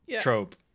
trope